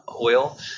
oil